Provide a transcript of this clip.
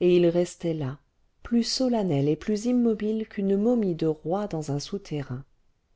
et il restait là plus solennel et plus immobile qu'une momie de roi dans un souterrain